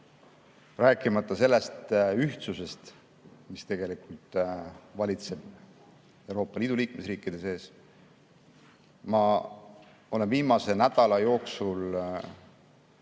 rääkimata ühtsusest, mis tegelikult valitseb Euroopa Liidu liikmesriikide seas. Ma olen viimase nädala jooksul